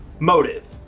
motive.